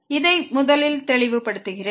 இதை முதலில் தெளிவுபடுத்துகிறேன்